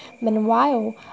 Meanwhile